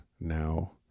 now